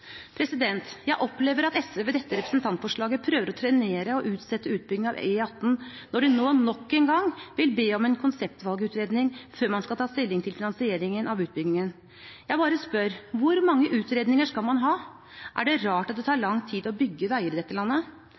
vekst. Jeg opplever at SV ved dette representantforslaget prøver å trenere og utsette utbygging av E18, når de nå nok en gang vil be om en konseptvalgutredning før man skal ta stilling til finansieringen av utbyggingen. Jeg spør: Hvor mange utredninger skal man ha? Er det rart at det tar lang tid å bygge veier i dette landet?